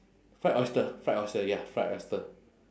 fried oyster fried oyster ya fried oyster